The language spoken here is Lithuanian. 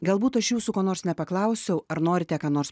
galbūt aš jūsų ko nors nepaklausiau ar norite ką nors